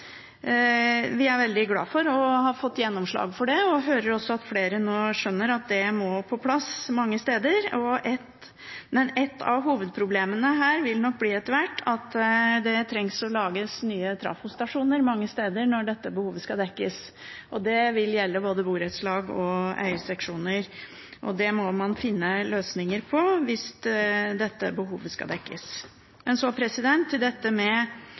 Vi er veldig glade for å ha fått gjennomslag for det, og vi hører også at flere nå skjønner at det må på plass mange steder. Men et av hovedproblemene her vil nok etter hvert bli at det trengs nye trafostasjoner mange steder når dette behovet skal dekkes. Det vil gjelde både borettslag og eierseksjoner, og det må man finne løsninger på hvis dette behovet skal dekkes. Så til dette med